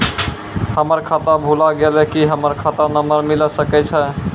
हमर खाता भुला गेलै, की हमर खाता नंबर मिले सकय छै?